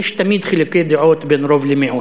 יש תמיד חילוקי דעות בין רוב למיעוט.